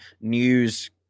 news